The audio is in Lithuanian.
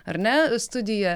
ar ne studija